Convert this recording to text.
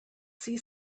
see